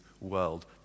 world